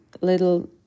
little